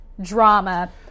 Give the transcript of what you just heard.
drama